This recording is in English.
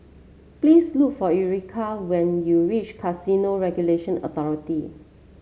please look for Erika when you reach Casino Regulatory Authority